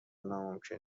ناممکن